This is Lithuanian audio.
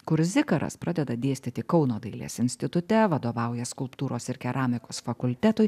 kur zikaras pradeda dėstyti kauno dailės institute vadovauja skulptūros ir keramikos fakultetui